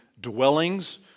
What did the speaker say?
dwellings